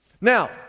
now